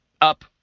up